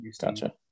gotcha